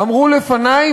אמרו לפני,